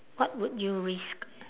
what would you risk